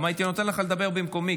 גם הייתי נותן לך לדבר במקומי.